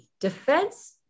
defense